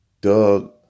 Doug